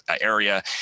area